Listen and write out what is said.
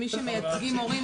כמי שמייצגים הורים,